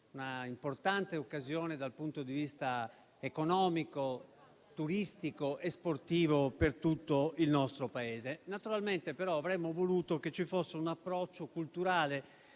una importante occasione dal punto di vista economico, turistico e sportivo per tutto il nostro Paese. Avremmo però voluto che ci fosse un approccio culturale